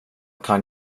kan